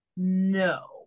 No